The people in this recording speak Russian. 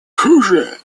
хуже